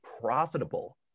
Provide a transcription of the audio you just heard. profitable